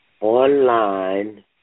online